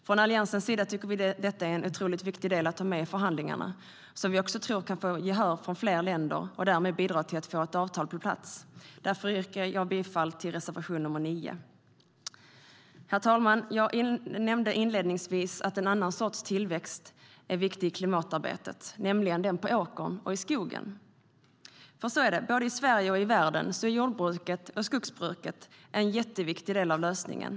Från Alliansens sida tycker vi att detta är en otroligt viktig del att ta med i förhandlingarna, som vi också tror kan få gehör från fler länder och därmed bidra till att få ett avtal på plats. Därför yrkar jag bifall till reservation nr 9. Herr talman! Jag nämnde inledningsvis att en annan sorts tillväxt är viktig i klimatarbetet, nämligen den på åkern och i skogen. Både i Sverige och i världen är jordbruket och skogsbruket en viktig del av lösningen.